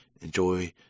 enjoy